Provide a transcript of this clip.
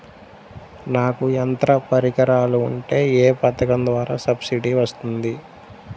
నాకు యంత్ర పరికరాలు ఉంటే ఏ పథకం ద్వారా సబ్సిడీ వస్తుంది?